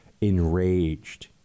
enraged